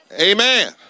amen